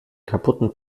kaputten